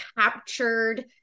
captured